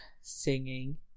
singing